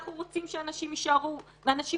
אנחנו רוצים שאנשים יישארו, ואנשים